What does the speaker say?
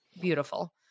beautiful